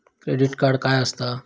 Credit card काय असता?